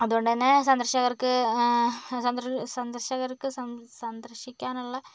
അതുകൊണ്ടുതന്നെ സന്ദർശകർക്ക് സന്ദ സന്ദർശകർക്ക് സന്ദർശിക്കാനുള്ള